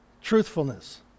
Truthfulness